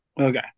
Okay